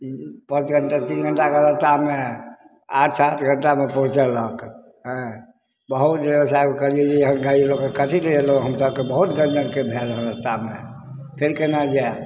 पाँच घंटा तीन घंटाके रस्तामे आठ सात घंटामे पहुँचेलक हँ बहुत डरेबर सहेबके कहलियै जे एहेन गाड़ी लऽ कऽ कथी लऽ एलहुॅं हमसब तऽ बहुत गंजन भेल रस्तामे फेर केना जाएब